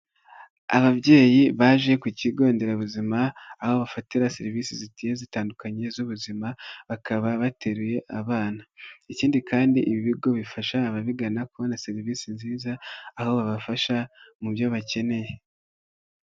Ababyeyi baje ku kigo nderabuzima, aho bafatira serivisi zigiye zitandukanye z'ubuzima, bakaba bateruye abana, ikindi kandi ibi bigo bifasha ababigana kubona serivisi nziza, aho babafasha mu byo bakeneye.